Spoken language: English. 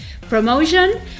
promotion